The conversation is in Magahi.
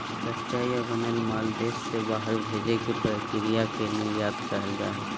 कच्चा या बनल माल देश से बाहर भेजे के प्रक्रिया के निर्यात कहल जा हय